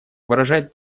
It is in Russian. выражает